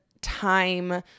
time